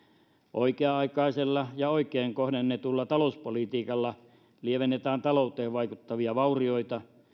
oikea aikaisella ja oikein kohdennetulla talouspolitiikalla lievennetään talouteen vaikuttavia vaurioita